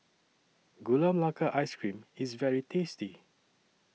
Gula Melaka Ice Cream IS very tasty